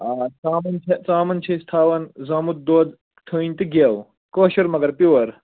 آ ژامَن چھےٚ ژامَن چھِ أسۍ تھاوان زامُت دۄد تھٔنۍ تہٕ گٮ۪و کٲشُر مگر پِیُور